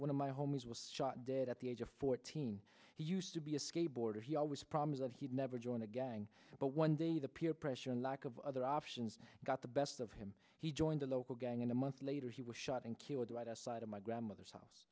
one of my homes was shot dead at the age of fourteen he used to be a skateboarder he always problems and he'd never join a gang but one day the peer pressure and lack of other options got the best of him he joined a local gang in a month later he was shot and killed right outside of my grandmother's house